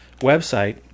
website